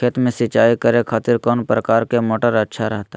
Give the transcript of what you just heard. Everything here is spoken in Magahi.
खेत में सिंचाई करे खातिर कौन प्रकार के मोटर अच्छा रहता हय?